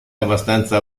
abbastanza